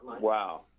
Wow